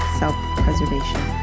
self-preservation